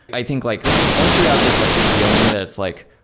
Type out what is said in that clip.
i think like once you have this like feeling that it's like,